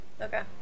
Okay